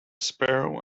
sparrow